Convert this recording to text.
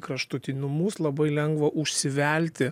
kraštutinumus labai lengva užsivelti